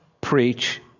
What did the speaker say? preach